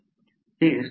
हे स्थलांतर आहे